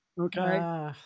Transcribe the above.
Okay